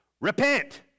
Repent